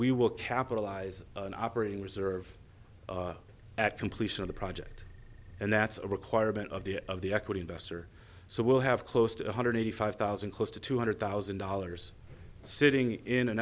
we will capitalize on operating reserve at completion of the project and that's a requirement of the of the equity investor so we'll have close to one hundred eighty five thousand close to two hundred thousand dollars sitting in an